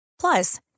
Plus